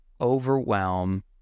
overwhelm